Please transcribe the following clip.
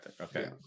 okay